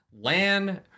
Lan